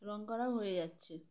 রং করাও হয়ে যাচ্ছে